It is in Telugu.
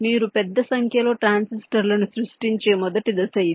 మీరు పెద్ద సంఖ్యలో ట్రాన్సిస్టర్లను సృష్టించే మొదటి దశ ఇది